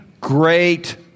great